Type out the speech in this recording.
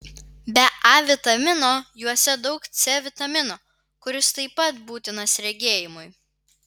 be a vitamino juose daug c vitamino kuris taip pat būtinas regėjimui